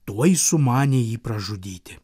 tuoj sumanė jį pražudyti